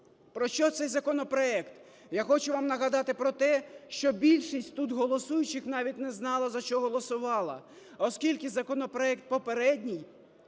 Про що цей законопроект? Я хочу вам нагадати, про те, що більшість тут голосуючих навіть не знала, за що голосувала. Оскільки законопроект попередній,